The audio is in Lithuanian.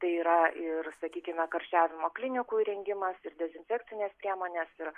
tai yra ir sakykime karščiavimo klinikų įrengimas ir dezinfekcinės priemonės ir